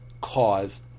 cause